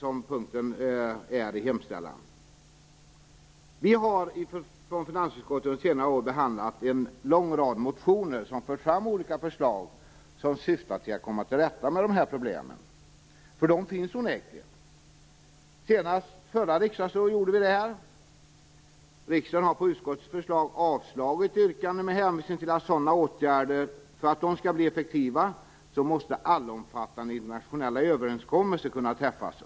Finansutskottet har under senare år behandlat en lång rad motioner som fört fram olika förslag som syftar till att komma till rätta med dessa problem, som onekligen finns. Senast förra riksdagsåret gjorde vi detta. Riksdagen har på utskottets förslag avslagit sådana yrkanden med hänvisning till att allomfattande internationella överenskommelser måste kunna träffas för att sådana åtgärder skall bli effektiva.